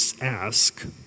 ask